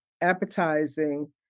appetizing